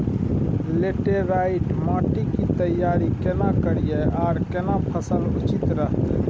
Laterite माटी की तैयारी केना करिए आर केना फसल उचित रहते?